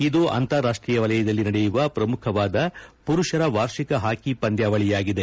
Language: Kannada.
ಇದು ಅಂತಾರಾಷ್ಟೀಯ ವಲಯದಲ್ಲಿ ನಡೆಯುವ ಪ್ರಮುಖವಾದ ಪುರುಷರ ವಾರ್ಷಿಕ ಹಾಕಿ ಪಂದ್ಯಾವಳಿಯಾಗಿದೆ